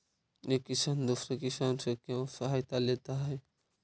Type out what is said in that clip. एक किसान दूसरे किसान से क्यों सहायता लेता है?